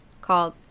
called